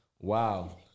Wow